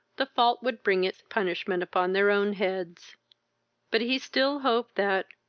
the fault would bring it punishment upon their own heads but he still hoped that,